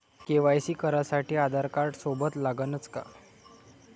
KYC करासाठी आधारकार्ड सोबत लागनच का?